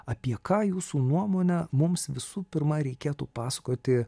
apie ką jūsų nuomone mums visų pirma reikėtų pasakoti